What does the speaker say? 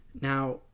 Now